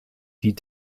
die